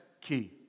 key